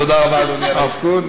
תודה רבה, אדוני, על העדכון.